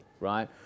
right